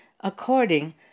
according